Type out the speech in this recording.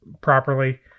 properly